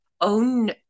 own